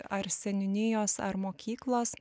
ar seniūnijos ar mokyklos